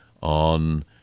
on